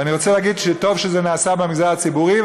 ואני רוצה להגיד שטוב שזה נעשה במגזר הציבורי,